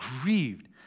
grieved